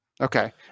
Okay